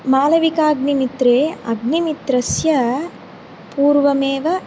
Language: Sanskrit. मालविकाग्निमित्रे अग्निमित्रस्य पूर्वमेव